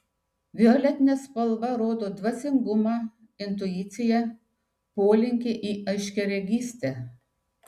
violetinė spalva rodo dvasingumą intuiciją polinkį į aiškiaregystę